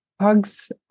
hugs